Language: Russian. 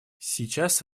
сейчас